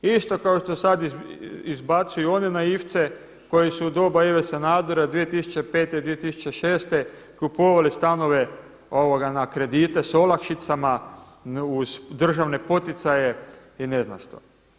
Isto kao što sada izbacuju one naivce koji su u doba Ive Sanadera 2005. i 2006. kupovali stanove na kredite sa olakšicama uz državne poticaje i ne znam što.